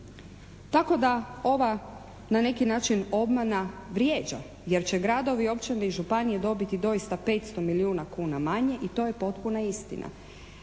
Tako da ova na neki način obmana vrijeđa jer će gradovi, općine i županije dobiti doista 500 milijuna kuna manje i to je potpuna istina.